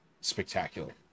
spectacular